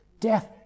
death